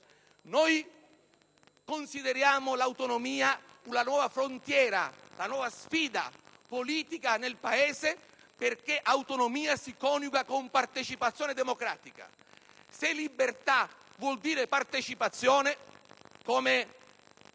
Consideriamo l'autonomia la nuova frontiera, la nuova sfida politica nel Paese, perché autonomia si coniuga con partecipazione democratica. Se libertà vuol dire partecipazione - come